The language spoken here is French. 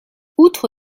outre